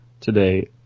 today